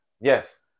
Yes